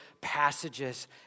passages